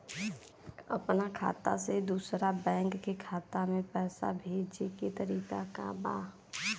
अपना खाता से दूसरा बैंक के खाता में पैसा भेजे के तरीका का बा?